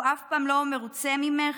הוא אף פעם לא מרוצה ממך?